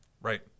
Right